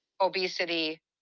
obesity